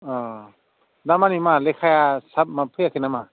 अ दा माने मा लेखाया दाबो फैयाखै नामा